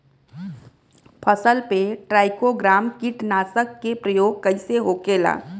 फसल पे ट्राइको ग्राम कीटनाशक के प्रयोग कइसे होखेला?